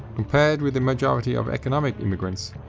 compared with the majority of economic immigrants,